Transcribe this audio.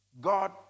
God